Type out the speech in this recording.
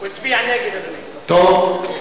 הוא הצביע נגד, אדוני.